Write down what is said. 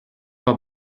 pas